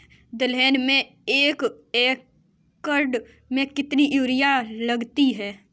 दलहन में एक एकण में कितनी यूरिया लगती है?